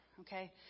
okay